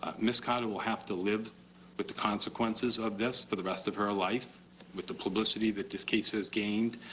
ah ms. carter will have to live with the consequences of this for the rest of her life with the publicity this case has gained.